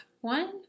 one